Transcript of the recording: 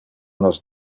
nos